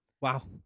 Wow